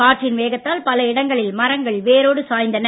காற்றின் வேகத்தால் பல இடங்களில் மரங்கள் வேரோடு சாய்ந்தன